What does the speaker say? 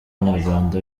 nyarwanda